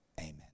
amen